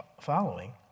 following